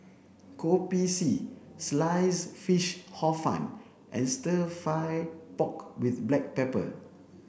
Kopi C sliced fish Hor Fun and stir fry pork with black pepper